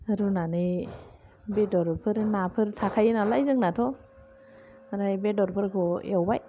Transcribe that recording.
रुनानै बेदरफोर नाफोर थाखायो नालाय जोंनाथ' आमफ्राय बेदरफोरखौ एवबाय